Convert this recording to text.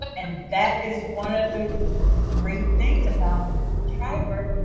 and that is one of the great things about triberr,